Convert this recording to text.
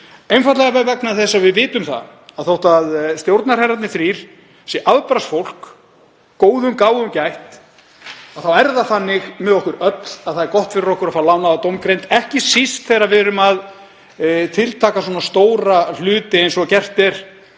einfaldlega vegna þess að við vitum að þótt stjórnarherrarnir þrír séu afbragðsfólk, góðum gáfum gætt, er það þannig með okkur öll að það er gott fyrir okkur að fá lánaða dómgreind, ekki síst þegar við erum að tiltaka svona stóra hluti eins og gert er